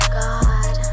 god